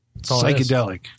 Psychedelic